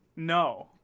No